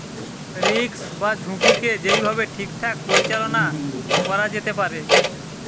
risk বা ঝুঁকিকে যেই ভাবে ঠিকঠাক পরিচালনা করা যেতে পারে